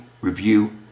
review